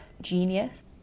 genius